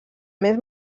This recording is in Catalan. més